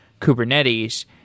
Kubernetes